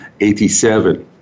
87